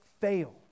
fail